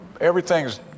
everything's